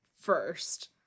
first